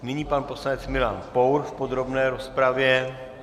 Nyní pan poslanec Milan Pour v podrobné rozpravě.